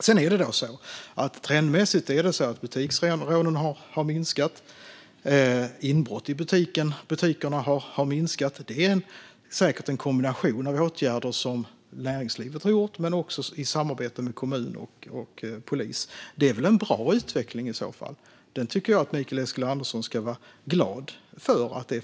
Sedan har butiksrånen trendmässigt minskat, och inbrotten i butiker har minskat. Det beror säkert på en kombination av åtgärder som näringslivet har vidtagit men också i samarbete med kommun och polis. Det är väl en bra utveckling som jag tycker jag att Mikael Eskilandersson ska vara glad för.